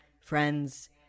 Friends